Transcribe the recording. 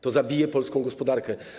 To zabije polską gospodarkę.